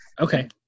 Okay